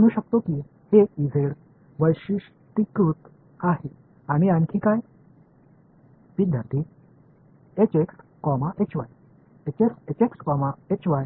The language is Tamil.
மாணவர் TM போலாரிசஷன்ஸ் விஷயத்தில் இந்த அறியப்படாதவை மற்றும் TE போலாரிசஷன்ஸ்ப்புக்கு ஒப்பாக மற்ற